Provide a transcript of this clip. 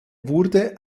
wurde